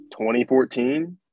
2014